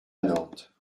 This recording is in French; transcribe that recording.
nantes